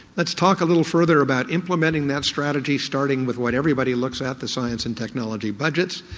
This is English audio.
let's talk a little further about implementing that strategy, starting with what everybody looks at, the science and technology budgets.